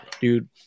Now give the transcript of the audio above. dude